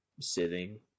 sitting